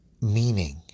meaning